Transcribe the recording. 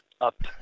up